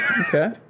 Okay